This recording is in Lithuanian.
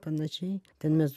panašiai ten mes